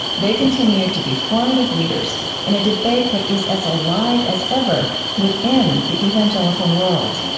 they continue to be formative leaders in a debate that is as alive as ever within the evangelical world